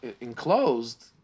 enclosed